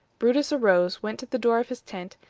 brutus arose, went to the door of his tent,